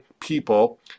people